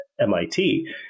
MIT